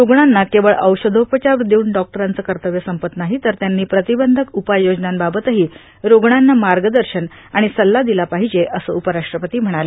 रुग्णांना केवळ औषधोपचार देऊन डॉक्टरांचं कर्तव्य संपत नाही तर त्यांनी प्रतिबंधक उपाययोजनांबाबतही ठुग्णांना मार्गदर्शन आणि सल्ला दिला पाहिजे असं उपराष्ट्रपती म्हणाले